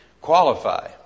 qualify